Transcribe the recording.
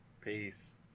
Peace